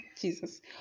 Jesus